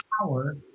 power